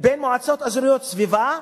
בין מועצות אזוריות סביבה,